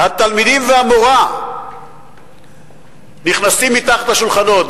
התלמידים והמורה נכנסים מתחת לשולחנות.